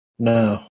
No